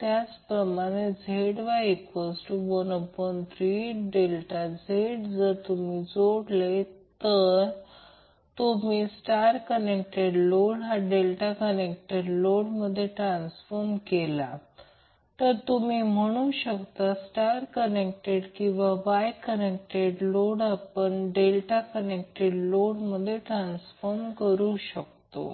त्याचप्रमाणे ZY13Z∆जर तुम्ही जोडले जर तुम्ही स्टार कनेक्टेड लोड हा डेल्टा कनेक्टेड लोड मध्ये ट्रान्सफॉर्म केला तर तुम्ही म्हणू शकता स्टार कनेक्टेड किंवा वाय कनेक्टेड लोड आपण डेल्टा कंनेक्टेड लोड मध्ये ट्रान्सफॉर्म करू शकतो